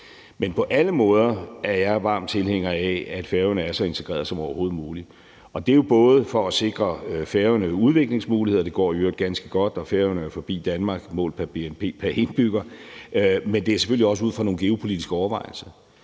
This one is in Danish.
Men på alle måder er jeg varm tilhænger af, at Færøerne er så integreret som overhovedet muligt, og det er både for at sikre Færøerne udviklingsmuligheder – det går jo i øvrigt ganske godt, og Færøerne er rykket forbi Danmark målt på bnp pr. indbygger – men det er selvfølgelig også ud fra nogle geopolitiske overvejelser.